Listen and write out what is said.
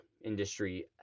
industry